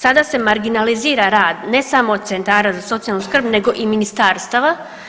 Sada se marginalizira rad ne samo Centara za socijalnu skrb nego i ministarstva.